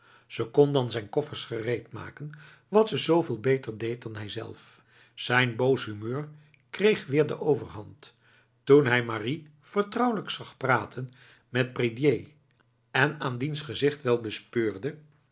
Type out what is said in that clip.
ze kon dan zijn koffers gereedmaken wat ze zoveel beter deed dan hijzelf zijn boos humeur kreeg weer de overhand toen hij marie vertrouwelijk zag zitten praten met prédier en aan diens gezicht wel bespeurde